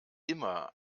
immer